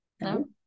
No